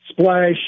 splash